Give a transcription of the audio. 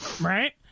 right